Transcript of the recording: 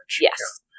Yes